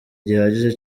gihagije